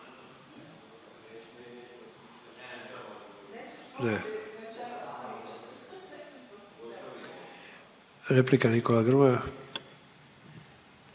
Replika Nikola Grmoja.